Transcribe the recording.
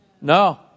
No